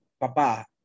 Papa